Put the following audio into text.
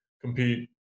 compete